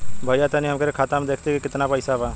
भईया तनि हमरे खाता में देखती की कितना पइसा बा?